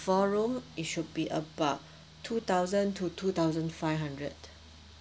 four room it should be about two thousand to two thousand five hundred